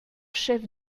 chef